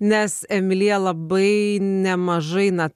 nes emilija labai nemažai na